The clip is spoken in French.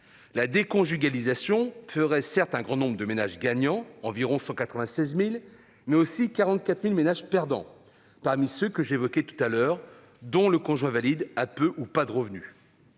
La déconjugalisation ferait certes un grand nombre de ménages gagnants, environ 196 000, mais aussi 44 000 ménages perdants, parmi ceux que j'évoquais tout à l'heure, c'est-à-dire lorsque le conjoint valide a peu ou pas de revenus.